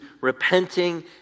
repenting